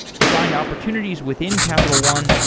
to find opportunities within capital one,